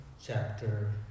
Chapter